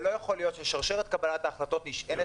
לא יכול להיות ששרשרת קבלת ההחלטות נשענת